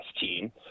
team